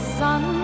sun